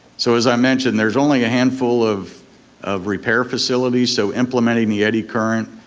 so as i mentioned, there's only a handful of of repair facilities, so implementing the eddy current,